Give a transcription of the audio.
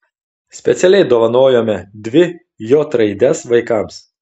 specialiai dovanojome dvi j raides vaikams